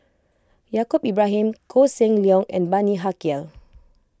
Yaacob Ibrahim Koh Seng Leong and Bani Haykal